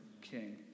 king